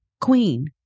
queen